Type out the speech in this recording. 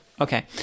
Okay